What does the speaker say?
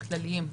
הם כלליים.